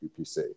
UPC